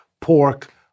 pork